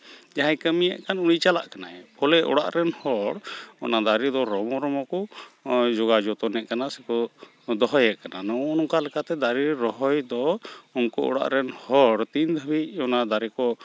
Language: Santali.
ᱡᱟᱦᱟᱸᱭ ᱠᱟᱹᱢᱤᱭᱮᱫ ᱠᱟᱱ ᱩᱱᱤᱭ ᱪᱟᱞᱟᱜ ᱠᱟᱱᱟᱭ ᱯᱷᱚᱞᱮ ᱚᱲᱟᱜ ᱨᱮᱱ ᱦᱚᱲ ᱚᱱᱟ ᱫᱟᱨᱮ ᱫᱚ ᱨᱚᱢᱚ ᱨᱚᱢᱚ ᱠᱚ ᱡᱳᱜᱟᱣ ᱡᱚᱛᱚᱱᱮᱫ ᱠᱟᱱᱟ ᱥᱮᱠᱚ ᱫᱚᱦᱚᱭᱮᱫ ᱠᱟᱱᱟ ᱱᱚᱜᱼᱚ ᱱᱚᱝᱠᱟ ᱛᱮ ᱫᱟᱨᱮ ᱨᱚᱦᱚᱭ ᱫᱚ ᱩᱱᱠᱩ ᱚᱲᱟᱜ ᱨᱮᱱ ᱦᱚᱲ ᱛᱤᱱ ᱫᱷᱟᱹᱵᱤᱡ ᱚᱱᱟ ᱫᱟᱨᱮ ᱠᱚ